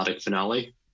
finale